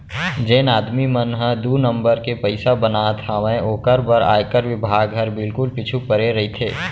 जेन आदमी मन ह दू नंबर के पइसा बनात हावय ओकर बर आयकर बिभाग हर बिल्कुल पीछू परे रइथे